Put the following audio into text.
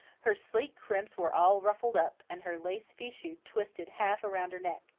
her sleek crimps were all ruffled up, and her lace fichu twisted half around her neck.